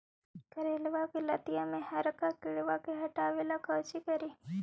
करेलबा के लतिया में हरका किड़बा के हटाबेला कोची करिए?